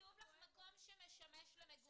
כתוב לך מקום שמשמש למגורים.